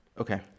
Okay